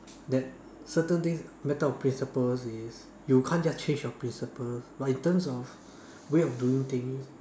that certain things matter of principles is you can't just change your principles but in terms of way of doing things